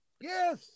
Yes